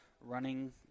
running